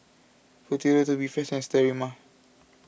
Futuro Tubifast and Sterimar